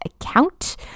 account